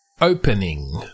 Opening